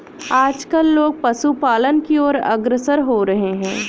आजकल लोग पशुपालन की और अग्रसर हो रहे हैं